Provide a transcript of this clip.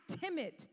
timid